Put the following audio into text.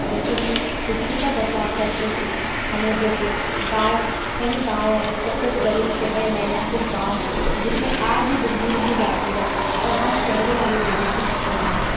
जैसे कि बिजली का बचाव करते से हमें जैसे गाँव कहीं गाँव है क्या कुछ गरीब शहर है या कुछ गाँव है जिसमें आज भी बिजली नहीं जाती है और हम शहर वाले लोगों के चक्कर में